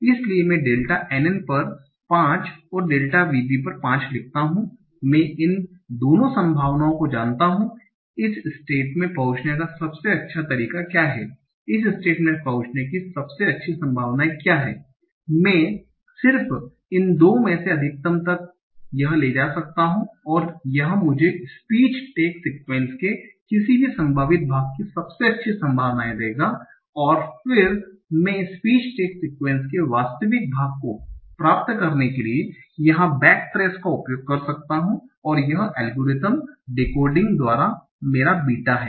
इसलिए मैं delta NN पर 5 और डेल्टा VB पर 5 लिखता हूं मैं इन दोनों संभावनाओं को जानता हूं इस स्टेट में पहुंचने का सबसे अच्छा तरीका क्या है इस स्टेट में पहुंचने की सबसे अच्छी संभावना क्या है मैं सिर्फ इन 2 में से अधिकतम यह ले सकता हूं और यह मुझे स्पीच टैग सीक्वन्स के किसी भी संभावित भाग की सबसे अच्छी संभावना देगा और फिर मैं स्पीच टैग सीक्वन्स के वास्तविक भाग को प्राप्त करने के लिए यहां बैक ट्रेस का उपयोग कर सकता हूं और यह एल्गोरिथ्म डिकोडिंग द्वारा मेरा वीटा है